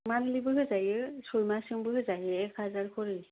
मानलिबो होजायो सय मासजोंबो होजायो एक हाजार ख'रि